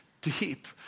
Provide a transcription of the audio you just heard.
deep